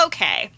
Okay